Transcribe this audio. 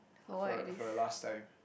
for for a last time